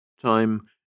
Time